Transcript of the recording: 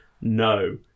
no